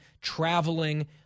traveling